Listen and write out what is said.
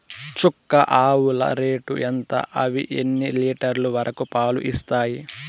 చుక్క ఆవుల రేటు ఎంత? అవి ఎన్ని లీటర్లు వరకు పాలు ఇస్తాయి?